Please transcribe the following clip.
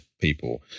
people